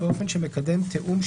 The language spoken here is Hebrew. באופן שמקדם תיאום,